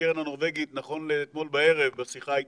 הקרן הנורבגית נכון לאתמול בערב בשיחה איתם,